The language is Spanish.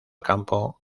campo